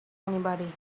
anybody